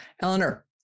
Eleanor